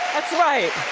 that's right.